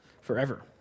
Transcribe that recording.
forever